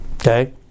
okay